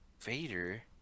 Vader